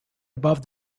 above